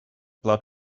blood